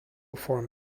form